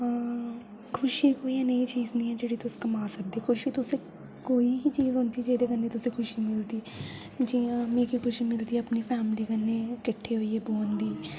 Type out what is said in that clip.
खुशी कोई एह् नेही चीज नेही ऐ जेह्ड़ी तुस कमाई सकदे ओ खुशी तुस कोई ही चीज होंदी जेह्दे कन्नै तुसें खुशी मिलदी जियां मिगी खुशी मिलदी अपनी फैमली कन्नै किट्ठे होइयै बौह्ने दी